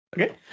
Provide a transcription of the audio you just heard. Okay